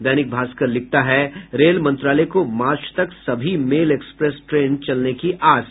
दैनिक भास्कर लिखता है रेल मंत्रालय को मार्च तक सभी मेल एक्सप्रेस ट्रेन चलने की आस